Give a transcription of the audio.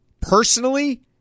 personally